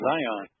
Zion